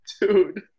dude